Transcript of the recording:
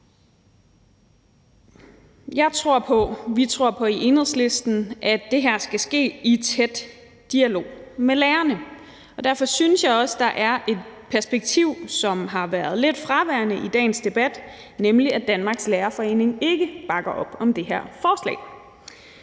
vi tror på i Enhedslisten, at det her skal ske i tæt dialog med lærerne, og derfor synes jeg også, at der er et perspektiv, som har været lidt fraværende i dagens debat, nemlig at Danmarks Lærerforening ikke bakker op om det her forslag.